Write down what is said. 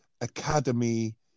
academy